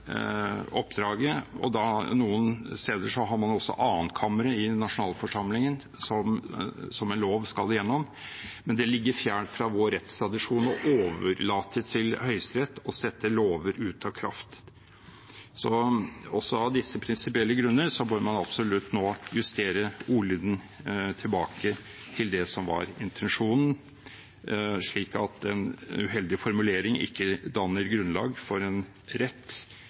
oppdraget. Noen steder har man også et annetkammer i nasjonalforsamlingen som en lov skal igjennom. Men det ligger fjernt fra vår rettstradisjon å overlate til Høyesterett å sette lover ut av kraft. Så også av disse prinsipielle grunner bør man absolutt nå justere ordlyden tilbake til det som var intensjonen, slik at en uheldig formulering ikke danner grunnlag for en rett